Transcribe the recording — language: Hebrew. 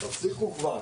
תפסיקו כבר.